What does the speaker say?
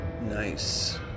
nice